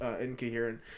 incoherent